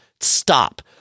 stop